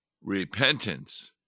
repentance